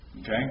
Okay